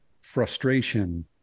frustration